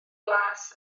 glas